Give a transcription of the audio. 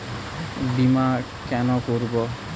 বিমা কেন করব?